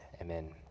Amen